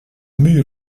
mue